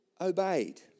obeyed